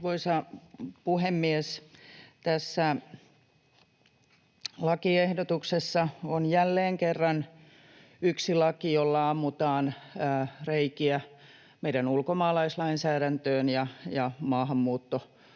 Arvoisa puhemies! Tässä lakiehdotuksessa on jälleen kerran yksi laki, jolla ammutaan reikiä meidän ulkomaalaislainsäädäntöömme ja maahanmuuttopolitiikkaan